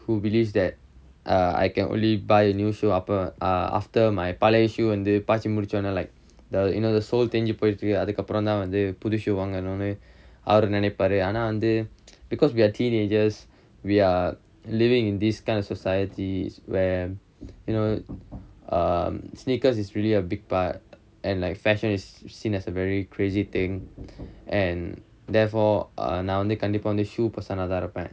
who believes that err I can only buy a new shoe upper uh after my பழைய:palaiya shoe வந்து பாசி பிடிச்சோன:vanthu paasi pidichona like the you know the sole தேஞ்சு போயிருச்சு அதுக்கு அப்புறம் தான் வந்து புது:thaenju poyiruchu athukku appuram thaan vanthu puthu shoe வாங்கனுனு அவரு நினைப்பாரு ஆனா வந்து:vaanganunu avaru ninaippaaru aanaa vanthu because we are teenagers we are living in this kind of societies where you know err sneakers is really a big part and like fashion is seen as a very crazy thing and therefore நான் வந்து கண்டிப்பா வந்து:naan vanthu kandippaa vanthu shoe person ah இருப்பேன்:iruppaen